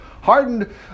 hardened